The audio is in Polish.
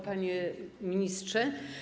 Panie Ministrze!